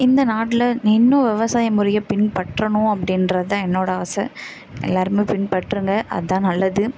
இந்த நாட்டில் இன்னும் விவசாயம் முறையை பின்பற்றணும் அப்படின்றது தான் என்னோடய ஆசை எல்லாரும் பின்பற்றுங்க அதான் நல்லது